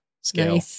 scale